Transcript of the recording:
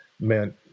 meant